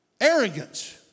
Arrogance